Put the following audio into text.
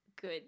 good